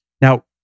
Now